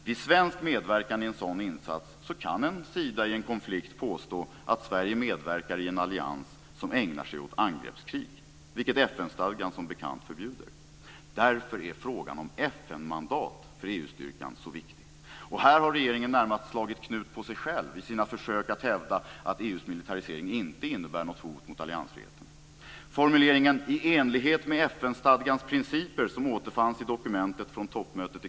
Vid svensk medverkan i en sådan insats kan en sida i en konflikt påstå att Sverige medverkar i en allians som ägnar sig åt angreppskrig, vilket FN-stadgan som bekant förbjuder. Därför är frågan om FN-mandat för EU-styrkan så viktig. Och här har regeringen närmast slagit knut på sig själv i sina försök att hävda att EU:s militarisering inte innebär något hot mot alliansfriheten.